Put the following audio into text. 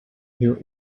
here